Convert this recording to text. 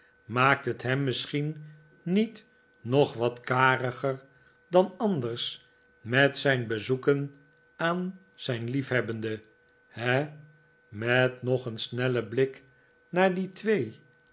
maakt het hem misschien niet nog wat kariger dan anders met zijn bezoeken aan zijn liefhebbende he met nog een snellen blik naar die twee